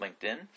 LinkedIn